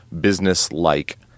business-like